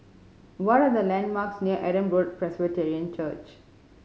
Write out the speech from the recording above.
what are the landmarks near Adam Road Presbyterian Church